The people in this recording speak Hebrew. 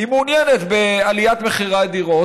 היא מעוניינת בעליית מחירי הדירות,